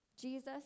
Jesus